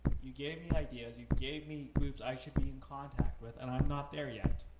you gave me ideas. you gave me groups i should be in contact with and i'm not there yet.